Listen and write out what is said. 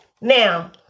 Now